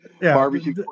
barbecue